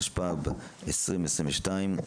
התשפ"ב-2022,